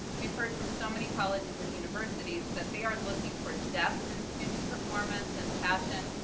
we've heard from so many colleges and universities that they are looking for depth in student performance and passion,